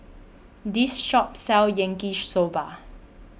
This Shop sells Yaki Soba